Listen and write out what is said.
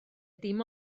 dim